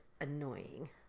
annoying